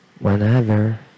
Whenever